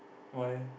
why leh